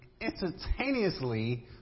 instantaneously